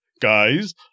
guys